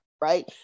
right